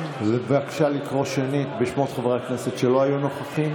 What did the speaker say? בבקשה לקרוא שנית בשמות חברי הכנסת שלא היו נוכחים.